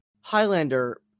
Highlander